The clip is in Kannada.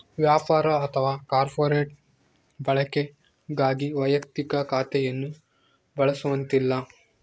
ವ್ಯಾಪಾರ ಅಥವಾ ಕಾರ್ಪೊರೇಟ್ ಬಳಕೆಗಾಗಿ ವೈಯಕ್ತಿಕ ಖಾತೆಯನ್ನು ಬಳಸುವಂತಿಲ್ಲ